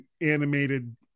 animated